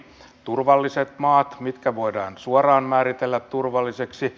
turvalliset maat mitkä voidaan suoraan määritellä turvallisiksi